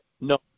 no